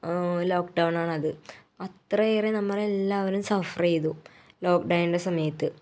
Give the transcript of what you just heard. lock down ആണത് അത്രയേറെ നമ്മളെല്ലാവരും സഫ്റ് ചെയ്തു ലോക്ക് ഡൗൺൻ്റെ സമയത്ത്